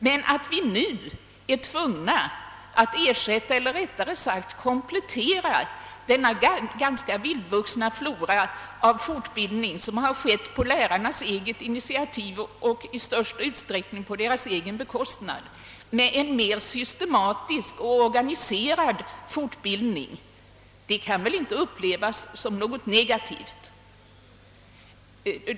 Men att vi nu är tvungna att komplettera den ganska vildvuxna flora av fortbildning som har växt fram på lärarnas eget initiativ och i största utsträckning på egen bekostnad med en mer systematisk och organiserad fortbildning kan inte upplevas som något negativt.